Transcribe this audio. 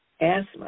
asthma